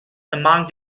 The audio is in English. among